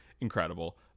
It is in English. incredible